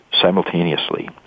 Simultaneously